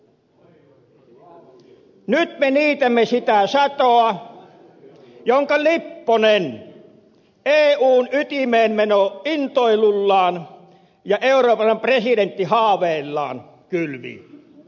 nyt me niitämme sitä satoa jonka lipponen eun ytimeenmenointoilullaan ja euroopan presidenttihaaveillaan kylvi